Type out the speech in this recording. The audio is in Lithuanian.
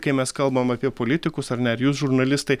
kai mes kalbam apie politikus ar ne ar jūs žurnalistai